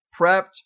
prepped